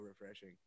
refreshing